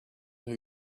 that